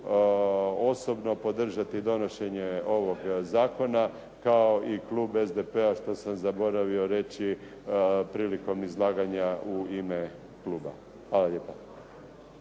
osobno podržati donošenje ovog zakona kao i klub SDP-a što sam zaboravio reći prilikom izlaganja u ime kluba. Hvala lijepa.